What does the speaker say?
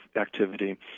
activity